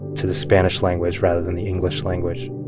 to the spanish language rather than the english language.